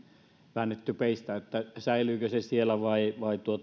väännetty peistä että säilyykö se siellä vai